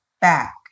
back